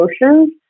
emotions